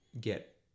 get